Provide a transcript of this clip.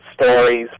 stories